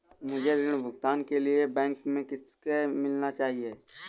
मुझे ऋण भुगतान के लिए बैंक में किससे मिलना चाहिए?